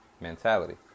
mentality